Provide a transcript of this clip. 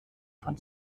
von